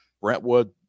brentwood